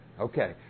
Okay